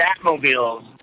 Batmobiles